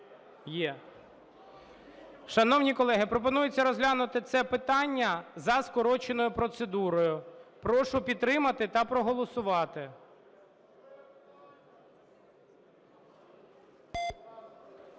Є. Шановні колеги, пропонується розглянути це питання за скороченою процедурою. Прошу підтримати та проголосувати.